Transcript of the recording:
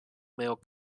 male